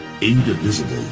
indivisible